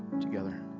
together